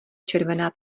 červená